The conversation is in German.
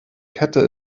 kette